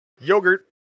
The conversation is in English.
Yogurt